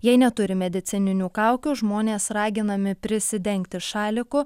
jei neturi medicininių kaukių žmonės raginami prisidengti šaliku